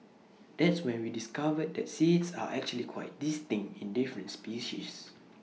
that's when we discovered that seeds are actually quite distinct in different species